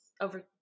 over